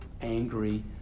angry